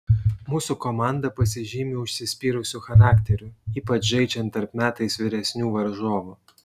mūsų komanda pasižymi užsispyrusiu charakteriu ypač žaidžiant tarp metais vyresnių varžovų